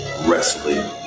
Wrestling